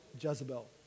Jezebel